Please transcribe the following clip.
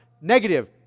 negative